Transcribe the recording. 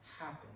happen